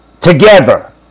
Together